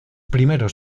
primeros